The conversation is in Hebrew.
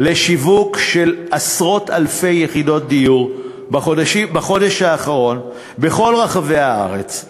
לשיווק עשרות אלפי יחידות דיור בחודש האחרון בכל רחבי הארץ,